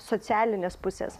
socialinės pusės